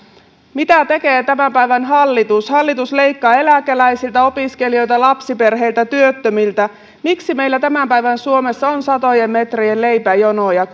mitä tekee tämän päivän hallitus hallitus leikkaa eläkeläisiltä opiskelijoilta lapsiperheiltä työttömiltä miksi meillä tämän päivän suomessa on satojen metrien leipäjonoja